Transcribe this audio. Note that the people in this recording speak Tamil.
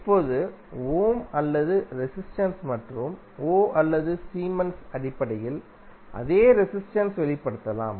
இப்போது ஓம் அல்லது ரெசிஸ்டென்ஸ் மற்றும் ஓம் அல்லது சைமன்ஸ் அடிப்படையில் அதே ரெசிஸ்டென்ஸ் வெளிப்படுத்தலாம்